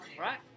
right